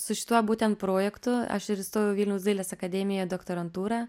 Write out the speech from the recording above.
su šituo būtent projektu aš ir įstojau į vilniaus dailės akademiją doktorantūrą